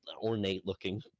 ornate-looking